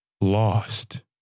lost